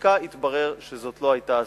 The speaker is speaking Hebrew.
ובבדיקה התברר שלא זאת היתה הסיבה.